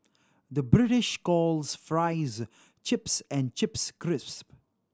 the British calls fries chips and chips crisps